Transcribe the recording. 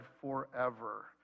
forever